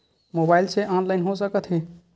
Mobile से online हो सकत हे?